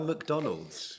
McDonald's